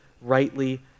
rightly